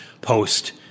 post